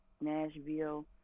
Nashville